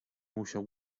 musiał